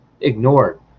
ignored